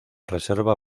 reserva